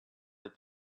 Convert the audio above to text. that